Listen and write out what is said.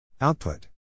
Output